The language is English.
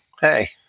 Hey